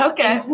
Okay